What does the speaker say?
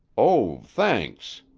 oh, thanks,